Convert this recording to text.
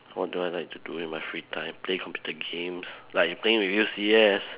what do I like to do with my free time play computer games like playing with you C_S